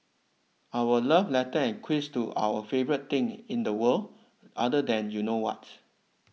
our love letter and quiz to our favourite thing in the world other than you know what